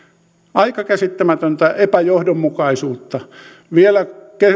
aika käsittämätöntä epäjohdonmukaisuutta vielä